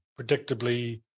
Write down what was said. predictably